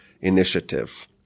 initiative